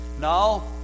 now